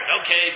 Okay